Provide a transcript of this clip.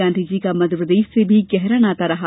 गांधी जी का मध्यप्रदेश से भी गहरा नाता रहा